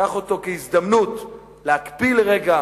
קח אותו כהזדמנות להקפיא לרגע